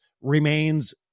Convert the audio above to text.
remains